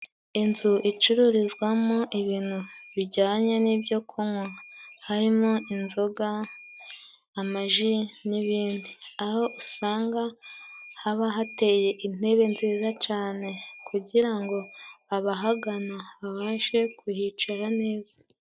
Inzu icururizwamo ibintu bijyanye n'ibyo kunywa harimo inzoga amaji n'ibindi aho usanga haba hateye intebe nziza cane kugira ngo abahagana babashe kuhicara neza.